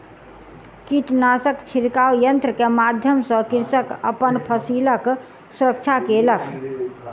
कीटनाशक छिड़काव यन्त्र के माध्यम सॅ कृषक अपन फसिलक सुरक्षा केलक